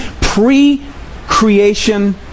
pre-creation